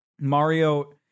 mario